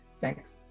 thanks